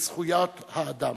וזכויות האדם.